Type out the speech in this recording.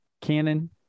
canon